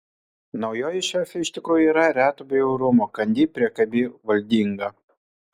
naujoji šefė iš tikrųjų yra reto bjaurumo kandi priekabi valdinga